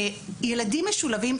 ילדים משולבים,